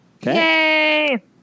Yay